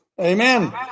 Amen